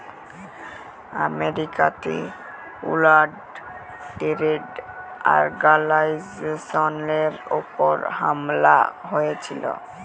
আমেরিকাতে world trade অর্গালাইজেশলের উপর হামলা হঁয়েছিল